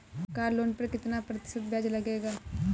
Car loan पर कितना प्रतिशत ब्याज लगेगा?